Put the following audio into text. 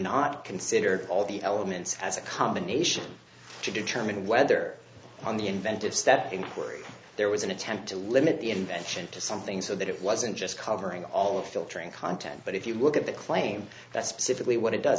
not consider all the elements as a combination to determine whether on the inventive step inquiry there was an attempt to limit the invention to something so that it wasn't just covering all of filtering content but if you look at the claim that specifically what it does